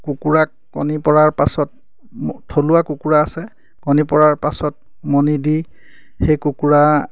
কুকুৰাক কণী পৰাৰ পাছত থলুৱা কুকুৰা আছে কণী পৰাৰ পাছত উমনি দি সেই কুকুৰা